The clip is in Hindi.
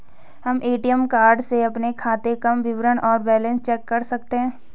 हम ए.टी.एम कार्ड से अपने खाते काम विवरण और बैलेंस कैसे चेक कर सकते हैं?